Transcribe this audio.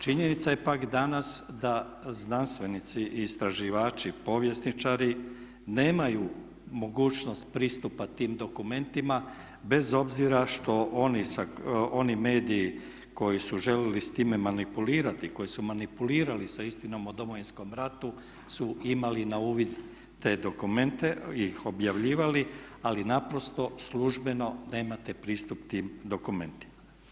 Činjenica je pak danas da znanstvenici i istraživači, povjesničari nemaju mogućnost pristupa tim dokumentima bez obzira što oni mediji koji su željeli s time manipulirati i koji su manipulirali sa istinom o Domovinskom ratu su imali na uvid te dokumente i objavljivali ih, ali naprosto službeno nemate pristup tim dokumentima.